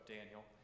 Daniel